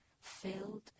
filled